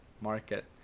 market